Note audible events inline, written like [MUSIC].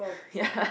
[BREATH] ya